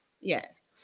Yes